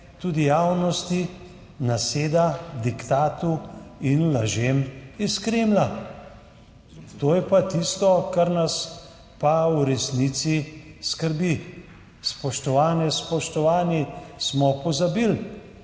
tudi javnosti naseda diktatu in lažem iz Kremlja. To je tisto, kar nas pa v resnici skrbi. Spoštovane, spoštovani, smo pozabili,